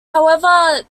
however